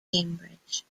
cambridge